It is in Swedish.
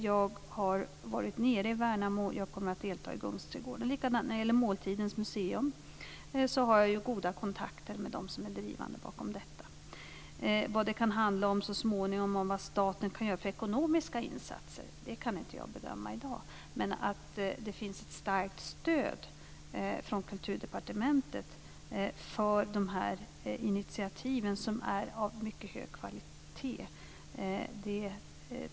Jag har varit nere i Värnamo, och jag kommer att delta i Kungsträdgården. Likaså har jag goda kontakter med dem som är drivande bakom ett måltidens museum. Vilka ekonomiska insatser staten så småningom kan göra kan jag i dag inte bedöma, men det finns ett starkt stöd från Kulturdepartementet för de här initiativen, som är av mycket hög kvalitet.